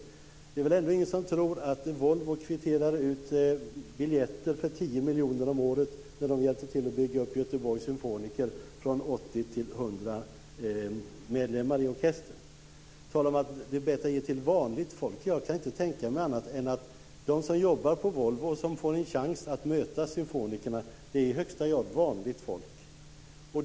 Men det är väl ingen som tror att Volvo kvitterade ut biljetter för 10 miljoner om året när de hjälpte till med att bygga upp Göteborgs symfoniorkester, från 80 till 100 medlemmar. Det sägs också att det är bättre att ge till vanligt folk. Ja, jag kan inte tänka mig annat än att de som jobbar på Volvo och som får en chans att möta symfonikerna i högsta grad är vanligt folk.